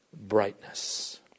brightness